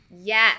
Yes